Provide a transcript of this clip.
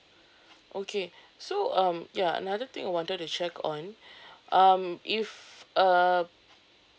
okay so um ya another thing I wanted to check on um if uh